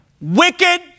wicked